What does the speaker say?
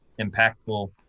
impactful